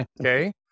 okay